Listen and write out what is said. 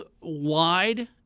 wide